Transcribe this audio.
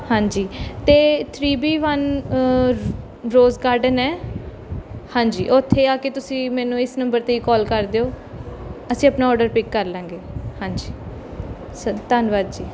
ਹਾਂਜੀ ਅਤੇ three B one rose rose garden ਹੈ ਹਾਂਜੀ ਉੱਥੇ ਆ ਕੇ ਤੁਸੀਂ ਮੈਨੂੰ ਇਸ ਨੰਬਰ 'ਤੇ ਕੋਲ ਕਰ ਦਿਓ ਅਸੀਂ ਆਪਣਾ ਔਡਰ ਪਿਕ ਕਰ ਲਵਾਂਗੇ ਹਾਂਜੀ ਸ ਧੰਨਵਾਦ ਜੀ